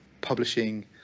publishing